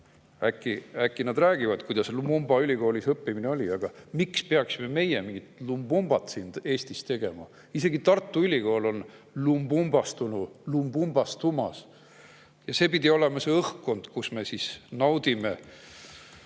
Äkki nad räägivad, kuidas Lumumba ülikoolis õppimine oli. Aga miks peaksime meie mingit Lumumbat siin Eestis tegema? Isegi Tartu Ülikool on lumumbastumas. Ja see peab olema õhkkond, mida me naudime! Mina